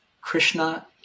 Krishna